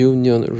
Union